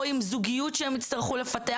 או עם זוגיות שהם הצטרכו לפתח,